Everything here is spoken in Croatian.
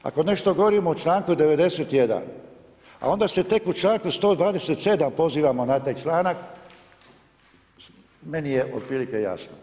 Ako nešto govorimo o članku 91., ali onda se tek u članku 127. pozivamo na taj članak, meni je otprilike jasno.